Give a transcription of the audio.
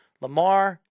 Lamar